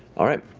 all right.